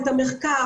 את המחקר,